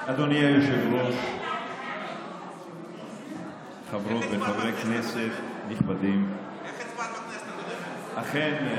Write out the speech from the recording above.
אדוני היושב-ראש, חברות וחברי כנסת נכבדים, אכן,